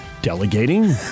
Delegating